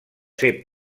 ser